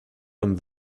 comme